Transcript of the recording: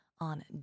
on